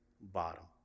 bottom